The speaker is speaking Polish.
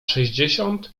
sześćdziesiąt